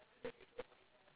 okay good good good